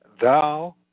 Thou